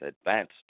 advanced